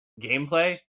gameplay